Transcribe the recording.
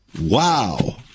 Wow